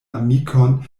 amikon